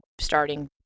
starting